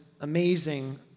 amazing